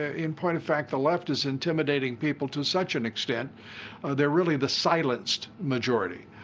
ah in point of fact the left is intimidating people to such an extent they're really the silenced majority.